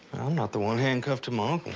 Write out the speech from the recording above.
i'm not the one handcuffed to my uncle.